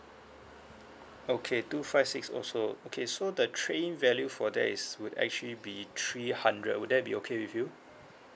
okay two five six also okay so the trade in value for that is would actually be three hundred would that be okay with you